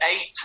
eight